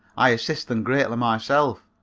i assist them greatly myself.